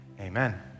amen